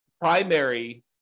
primary